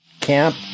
camp